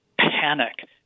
panic—